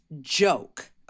joke